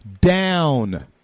down